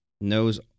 knows